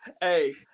hey